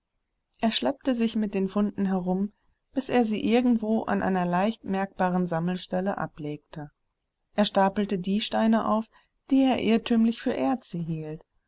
er schleppte sich mit den funden herum bis er sie irgendwo an einer leicht merkbaren sammelstelle ablegte er stapelte die steine auf die er irrtümlich für erze hielt